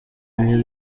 ibihe